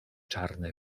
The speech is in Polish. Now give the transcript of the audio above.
czarne